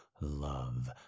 love